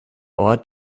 ort